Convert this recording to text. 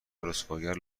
رسواگر